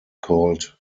called